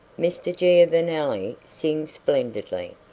mr. giovanelli sings splendidly.